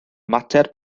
mater